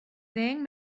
ddeng